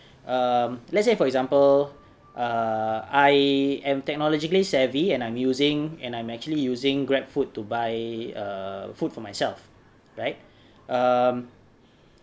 um let's say for example err I am technologically savvy and I'm using and I'm actually using GrabFood to buy err food for myself right um